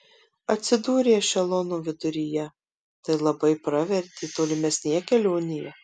atsidūrė ešelono viduryje tai labai pravertė tolimesnėje kelionėje